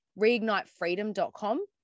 reignitefreedom.com